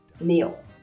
meal